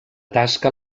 tasca